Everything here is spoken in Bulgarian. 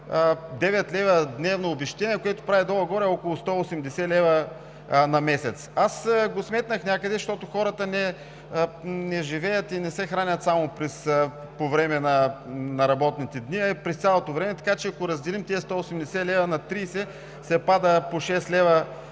9 лв. дневно обезщетение, което прави долу-горе около 180 лв. на месец. Аз го сметнах, защото хората не живеят и не се хранят само по време на работните дни, а през цялото време, така че, ако разделим тези 180 лв. на 30, се пада по 6 лв.